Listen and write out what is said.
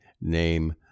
name